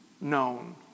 known